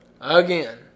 again